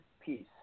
peace